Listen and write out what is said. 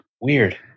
Weird